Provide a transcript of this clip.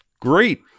great